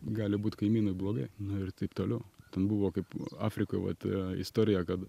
gali būt kaimynui blogai nu ir taip toliau ten buvo kaip afrikoj vat istorija kad